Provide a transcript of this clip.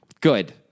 good